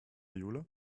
jule